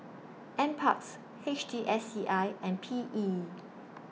NParks H T S C I and P E